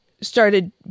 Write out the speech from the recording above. started